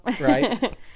Right